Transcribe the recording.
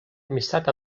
amistat